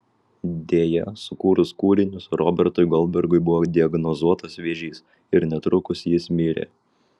deja sukūrus kūrinius robertui goldbergui buvo diagnozuotas vėžys ir netrukus jis mirė